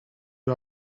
you